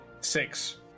Six